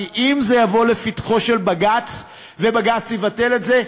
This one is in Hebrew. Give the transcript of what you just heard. כי אם זה יבוא לפתחו של בג"ץ ובג"ץ יבטל את זה,